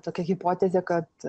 tokia hipotezė kad